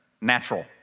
natural